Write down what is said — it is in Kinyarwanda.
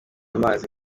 mazi